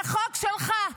זה חוק שלך.